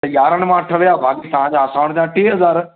यारनि मां अठ विया तव्हां जा असां वटि बचा टे हज़ार